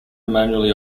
manually